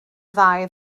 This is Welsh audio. ddau